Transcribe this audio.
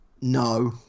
No